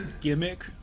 Gimmick